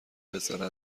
پسره